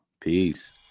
Peace